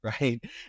right